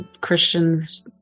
christian's